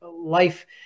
life